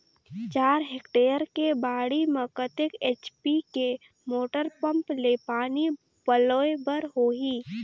चार हेक्टेयर के बाड़ी म कतेक एच.पी के मोटर पम्म ले पानी पलोय बर होही?